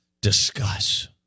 discuss